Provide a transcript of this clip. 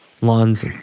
Lawns